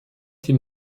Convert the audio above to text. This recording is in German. die